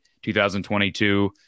2022